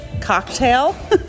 cocktail